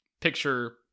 picture